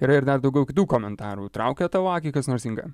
yra ir dar daugiau kitų komentarų traukia tavo akį kas nors inga